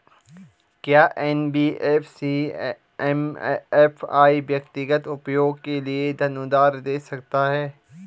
क्या NBFC MFI व्यक्तिगत उपयोग के लिए धन उधार दें सकते हैं?